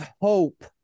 hope